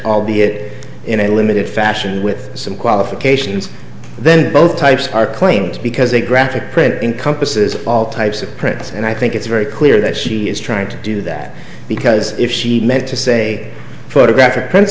albeit in a limited fashion with some qualifications then both types are claims because a graphic print encompasses all types of prints and i think it's very clear that she is trying to do that because if she meant to say photographic prints